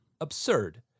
absurd